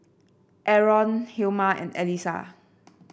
Arron Hilma and Elisa